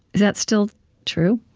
that still true,